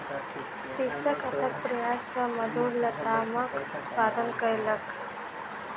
कृषक अथक प्रयास सॅ मधुर लतामक उत्पादन कयलक